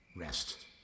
rest